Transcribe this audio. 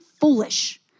foolish